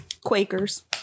Quakers